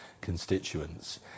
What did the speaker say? constituents